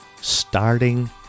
starting